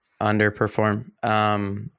underperform